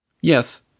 Yes